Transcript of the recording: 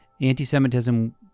anti-Semitism